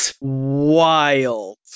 wild